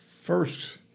first